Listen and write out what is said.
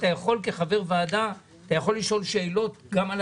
אתה יכול כחבר ועדה לשאול שאלות גם על